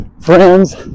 friends